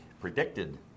predicted